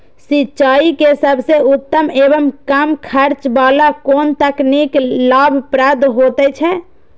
सिंचाई के सबसे उत्तम एवं कम खर्च वाला कोन तकनीक लाभप्रद होयत छै?